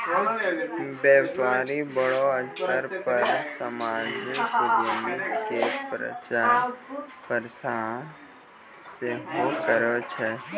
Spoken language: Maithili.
व्यपारी बड़ो स्तर पे समाजिक उद्यमिता के प्रचार प्रसार सेहो करै छै